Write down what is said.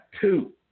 two